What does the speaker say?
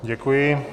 Děkuji.